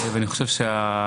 אני חושב שהתקשורת